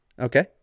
Okay